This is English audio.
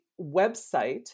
website